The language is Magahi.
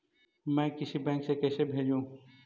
मैं किसी बैंक से कैसे भेजेऊ